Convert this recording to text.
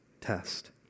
test